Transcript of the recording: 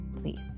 Please